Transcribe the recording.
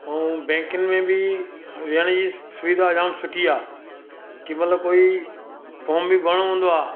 ऐं बैंकिनि में बि विहण जी सुविधा जाम सुठी आहे कंहिं महिल कोई फॉम बि भरिणो हूंदो आहे